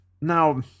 Now